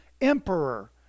Emperor